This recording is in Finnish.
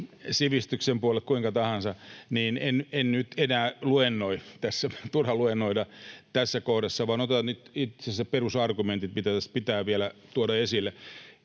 sivistyksen puolelle, kuinka tahansa — niin en nyt enää luennoi tässä. Turha luennoida tässä kohdassa, vaan otan nyt itse ne perusargumentit, mitä tässä pitää vielä tuoda esille.